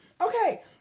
Okay